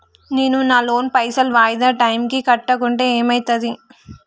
నేను నా లోన్ పైసల్ వాయిదా టైం కి కట్టకుంటే ఏమైతది?